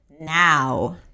Now